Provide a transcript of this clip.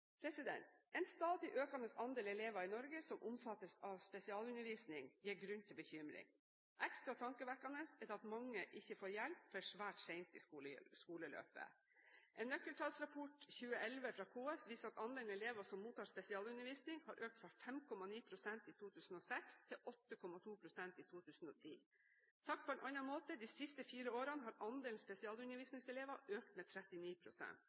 En stadig økende andel elever i Norge som omfattes av spesialundervisning, gir grunn til bekymring. Ekstra tankevekkende er det at mange ikke får hjelp før svært sent i skoleløpet. En nøkkeltallsrapport 2011 fra KS viser at andelen elever som mottar spesialundervisning, har økt fra 5,9 pst. i 2006 til 8,2 pst i 2010. Sagt på en annen måte: De siste fire årene har andelen spesialundervisningselever økt med